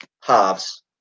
halves